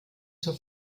zur